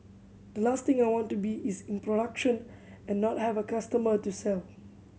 the last thing I want to be is in production and not have a customer to sell